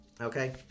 okay